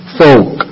folk